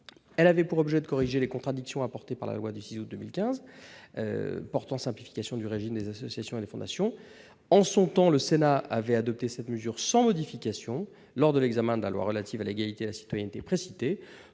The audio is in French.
Elle avait pour objet de corriger les contradictions apportées par la loi du 6 août 2015 pour la croissance, l'activité et l'égalité des chances économiques. En son temps, le Sénat avait adopté cette mesure sans modification lors de l'examen de la loi relative à l'égalité et à la citoyenneté précitée.